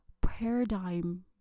paradigm